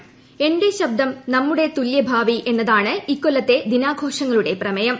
എന്റെ ശബ്ദം നമ്മുടെ തുല്യ ഭാവി എന്നതാണ് ഇക്കൊല്ലത്തെ ദിനാഘോഷങ്ങളുടെ പ്രമേയം